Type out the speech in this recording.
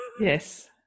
Yes